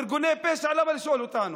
ארגוני פשע, למה לשאול אותנו?